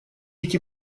эти